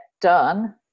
done